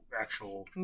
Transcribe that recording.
actual